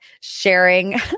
sharing